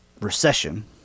Recession